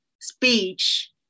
speech